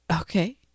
Okay